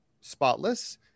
spotless